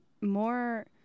more